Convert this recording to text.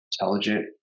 intelligent